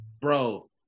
Bro